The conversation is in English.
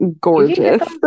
gorgeous